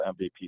MVP